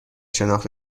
شناخت